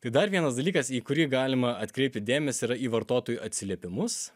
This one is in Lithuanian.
tai dar vienas dalykas į kurį galima atkreipti dėmesį yra į vartotojų atsiliepimus